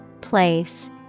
Place